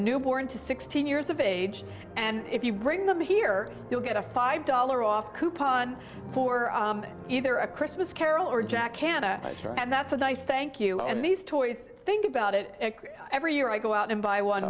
newborn to sixteen years of age and if you bring them here you'll get a five dollar off coupon for either a christmas carol or jack hanna and that's a nice thank you and these toys think about it every year i go out and buy one